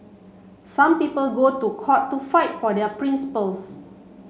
some people go to court to fight for their principles